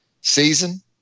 season